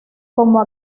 como